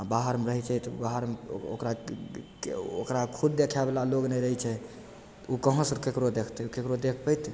आओर बाहरमे रहय छै तऽ ओकरा ओकरा खुद देखयवला लोग नहि रहय छै तऽ उ कहाँसँ केकरो देखतय केकरो देखैत